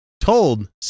told